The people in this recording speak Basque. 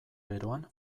beroan